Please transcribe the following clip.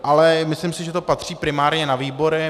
Ale myslím si, že to patří primárně na výbory.